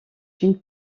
une